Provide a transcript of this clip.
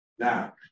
Now